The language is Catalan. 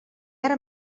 ara